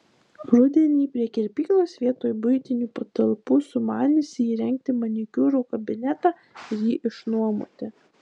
rudenį prie kirpyklos vietoj buitinių patalpų sumaniusi įrengti manikiūro kabinetą ir jį išnuomoti